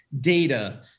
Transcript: data